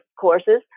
courses